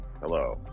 hello